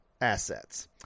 assets